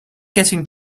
getting